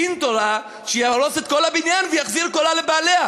דין תורה שיהרוס את כל הבניין ויחזיר קורה לבעליה.